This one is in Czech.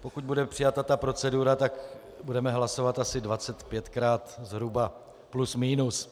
Pokud bude přijata procedura, tak budeme hlasovat asi 25krát, zhruba, plus minus.